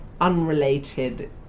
unrelated